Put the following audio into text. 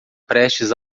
prestes